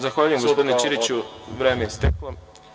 Zahvaljujem, gospodine Ćiriću, vreme je isteklo.